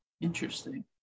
Interesting